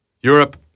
Europe